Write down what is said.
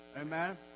Amen